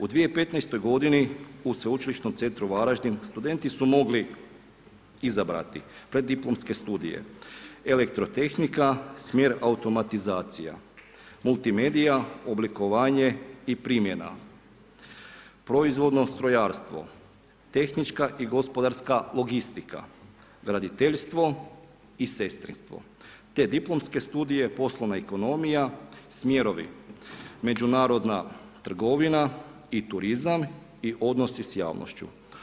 U 2015. godini u Sveučilišnom centru Varaždin studenti su mogli izabrati Preddiplomske studije Elektrotehnika smjer Automatizacija, Multimedija, Oblikovanje i primjena, Proizvodno strojarstvo, Tehnička i gospodarska logistika, Graditeljstvo i Sestrinstvo te diplomske studije Poslovna ekonomija, smjerovi Međunarodna trgovina i turizam i Odnosi s javnošću.